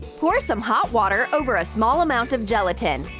pour some hot water over a small amount of gelatin.